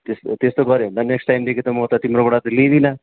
त्यस त्यस्तो गऱ्यो भने त नेक्स्ट टाइम त म तिम्रोबाट त लिँइदिन